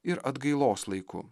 ir atgailos laiku